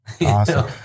Awesome